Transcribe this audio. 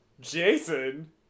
jason